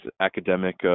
academic